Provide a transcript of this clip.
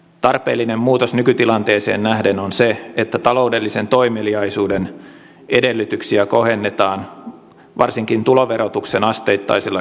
tarpeellinen muutos nykytilanteeseen nähden on se että taloudellisen toimeliaisuuden edellytyksiä kohennetaan varsinkin tuloverotuksen asteittaisella keventämisellä